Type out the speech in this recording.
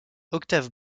octave